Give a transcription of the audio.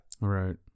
right